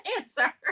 answer